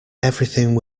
everything